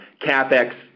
CapEx